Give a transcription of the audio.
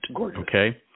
Okay